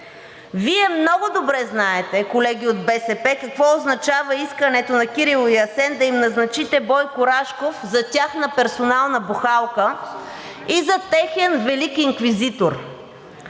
Вие много добре знаете, колеги от БСП, какво означава искането на Кирил и Асен да им назначите Бойко Рашков за тяхна персонална бухалка и за техен велик инквизитор.